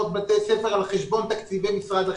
בתי ספר על חשבון תקציבי משרד החינוך.